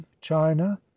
China